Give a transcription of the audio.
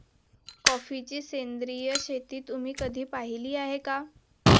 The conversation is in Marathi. कॉफीची सेंद्रिय शेती तुम्ही कधी पाहिली आहे का?